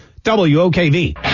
WOKV